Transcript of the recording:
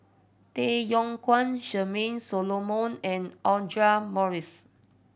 Tay Yong Kwang Charmaine Solomon and Audra Morrice